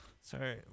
Sorry